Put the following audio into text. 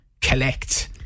collect